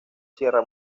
sierra